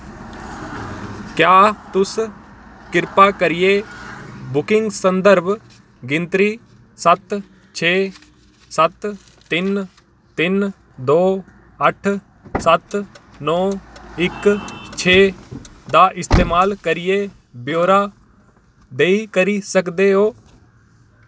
क्या तुस कृपा करियै बुकिंग संदर्भ गिनतरी सत्त छे सत्त तिन्न तिन्न दो अट्ठ सत्त नौ इक छेऽ दा इस्तेमाल करियै ब्यौरा देई करी सकदे ओ